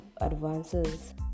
advances